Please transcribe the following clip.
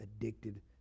addicted